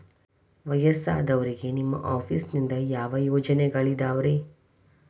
ವಯಸ್ಸಾದವರಿಗೆ ನಿಮ್ಮ ಆಫೇಸ್ ನಿಂದ ಯಾವ ಯೋಜನೆಗಳಿದಾವ್ರಿ?